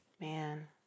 Man